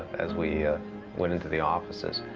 as we went in to the offices.